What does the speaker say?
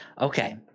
Okay